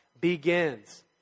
begins